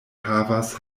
havas